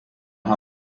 ha